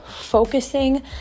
focusing